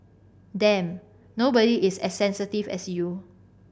damn nobody is as sensitive as you